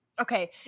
okay